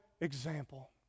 example